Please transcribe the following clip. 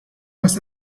was